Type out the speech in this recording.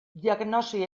diagnosi